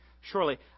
Surely